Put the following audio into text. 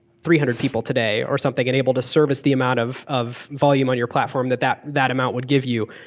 three hundred people today, or something enabled to service the amount of of volume on your platform that that that amount would give you?